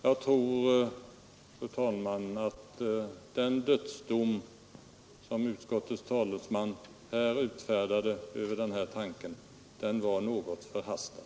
Jag tror, fru talman, att den dödsdom som utskottets talesman här utfärdade över denna tanke var något förhastad.